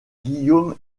guillaume